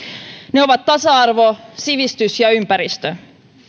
ne ovat tasa arvo sivistys ja ympäristö